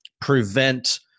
prevent